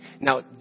Now